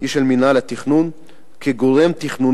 היא שהכתובת לנושאים האלה היא של מינהל התכנון כגורם תכנוני,